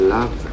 Love